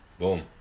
Boom